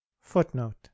footnote